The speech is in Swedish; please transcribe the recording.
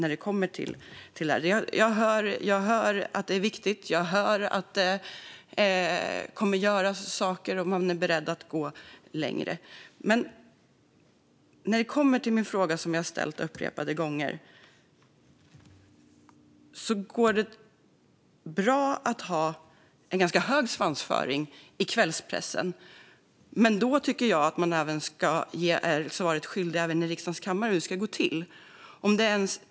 Jag hör att det är viktigt, att saker ska göras och att man är beredd att gå längre. Jag har nu ställt min fråga upprepade gånger. Det går bra att ha en ganska hög svansföring i kvällspressen, men är man inte också skyldig att i riksdagens kammare svara på hur det ska gå till?